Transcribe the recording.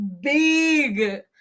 big